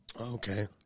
Okay